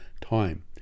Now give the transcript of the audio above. time